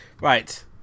right